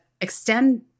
extend